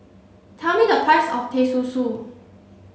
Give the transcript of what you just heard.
tell me the price of Teh Susu